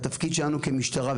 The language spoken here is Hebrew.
התפקיד שלנו במשטרה,